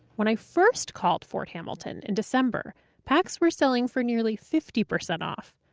when i first called fort hamilton in december packs were selling for nearly fifty percent off.